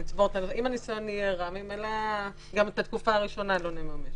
אם הניסיון יהיה רע ממילא גם את התקופה הראשונה לא נממש,